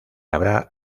abra